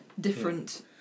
different